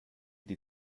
die